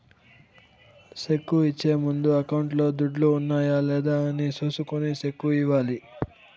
cheque ఇచ్చే ముందు అకౌంట్లో దుడ్లు ఉన్నాయా లేదా అని చూసుకొని సెక్కు ఇవ్వాలి